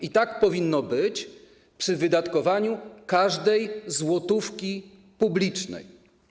I tak powinno być przy wydatkowaniu każdej złotówki publicznej.